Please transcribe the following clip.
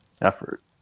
effort